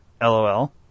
LOL